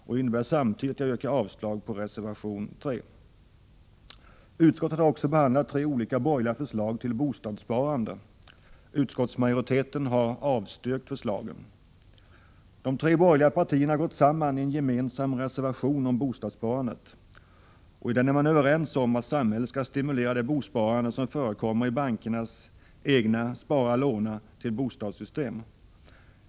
Det innebär att jag samtidigt yrkar avslag på reservation 3. Utskottet har också behandlat tre olika borgerliga förslag till bostadssparande. Utskottsmajoriteten har avstyrkt förslagen. De tre borgerliga partierna har gått samman i en gemensam reservation om bostadssparandet. I den är man överens om att samhället skall stimulera det bosparande som förekommer i bankernas egna ”spara/låna till bostad”- system.